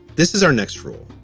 this is our next role.